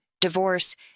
divorce